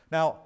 Now